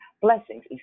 blessings